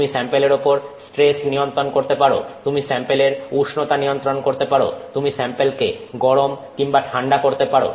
তুমি স্যাম্পেলের ওপর স্ট্রেস নিয়ন্ত্রণ করতে পারো তুমি স্যাম্পেলের উষ্ণতা নিয়ন্ত্রণ করতে পারো তুমি স্যাম্পেলকে গরম কিংবা ঠাণ্ডা করতে পারো